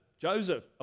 Joseph